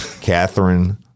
Catherine